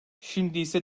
şimdiyse